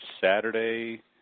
Saturday